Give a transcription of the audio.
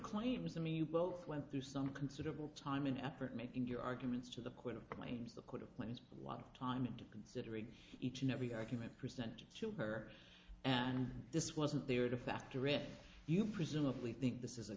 claims to me you both went through some considerable time and effort making your arguments to the queen of mines that could have plans a lot of time to considering each and every argument presented to her and this wasn't there to factor if you presumably think this is a